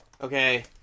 Okay